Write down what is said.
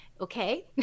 okay